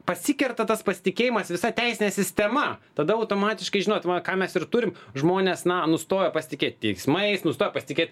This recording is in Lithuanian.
pasikerta tas pasitikėjimas visa teisine sistema tada automatiškai žinot va ką mes ir turim žmonės na nustojo pasitikėt teismais nustojo pasitikėt